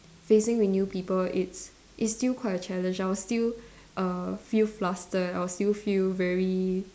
facing with new people it's it's still quite a challenge I will still err feel flustered I will still feel very